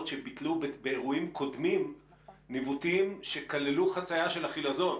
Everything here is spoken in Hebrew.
שביטלו באירועים קודמים ניווטים שכללו חציה של החילזון.